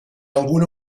alguna